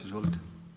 Izvolite.